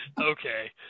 Okay